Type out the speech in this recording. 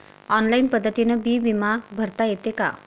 Online पद्धतीनं बी बिमा भरता येते का?